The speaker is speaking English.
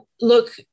look